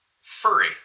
furry